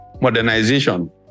modernization